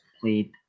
played